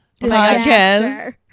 podcast